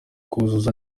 kuzuza